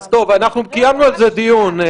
קיימנו על זה דיון.